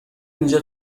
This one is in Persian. اینجا